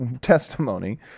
testimony